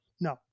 no